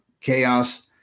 chaos